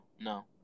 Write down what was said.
no